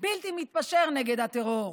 ובלתי מתפשר נגד הטרור.